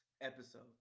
episode